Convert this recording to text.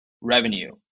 revenue